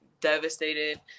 devastated